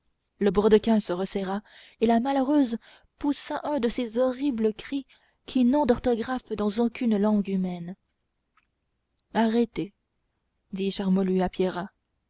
le brodequin se resserra et la malheureuse poussa un de ces horribles cris qui n'ont d'orthographe dans aucune langue humaine arrêtez dit charmolue à pierrat